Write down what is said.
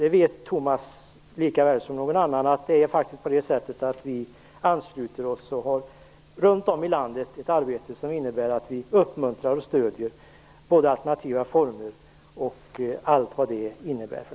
Tomas Högström vet lika väl som alla andra att vi runt om i landet utför ett arbete som innebär att vi uppmuntrar och stöder alternativa former med allt vad det innebär.